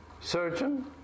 surgeon